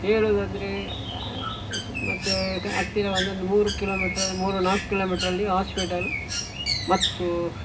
ಹೇಳುದಾದ್ರೆ ಮತ್ತೆ ಹತ್ತಿರ ಒಂದೊಂದು ಮೂರು ಕಿಲೋಮೀಟರ್ ಮೂರು ನಾಲ್ಕು ಕಿಲೋಮೀಟರಲ್ಲಿ ಆಸ್ಪಿಟಲ್ ಮತ್ತು